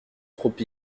trop